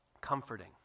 comforting